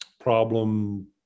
problem